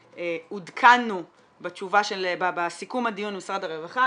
עודכנו בסיכום הדיון עם משרד הרווחה.